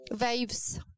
waves